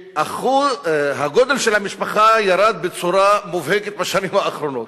שהגודל של המשפחה ירד בצורה מובהקת בשנים האחרונות,